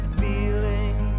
feeling